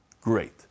Great